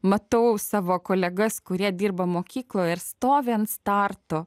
matau savo kolegas kurie dirba mokykloje ir stovi ant starto